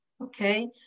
Okay